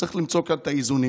שצריך למצוא כאן את האיזונים.